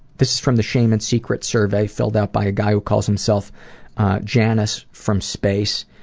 this is from the shame and secrets survey filled out by a guy who calls himself janis from space.